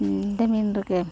இந்த மீன் இருக்கே